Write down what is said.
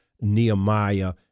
Nehemiah